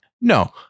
No